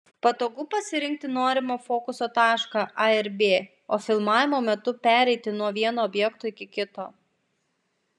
patogu pasirinkti norimą fokuso tašką a ir b o filmavimo metu pereiti nuo vieno objekto iki kito